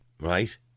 Right